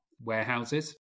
warehouses